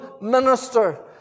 minister